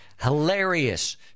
hilarious